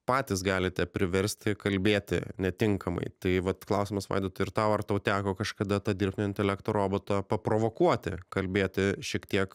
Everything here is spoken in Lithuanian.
patys galite priversti kalbėti netinkamai tai vat klausimas vaidotai ir tau ar tau teko kažkada ta dirbtinio intelekto roboto paprovokuoti kalbėti šiek tiek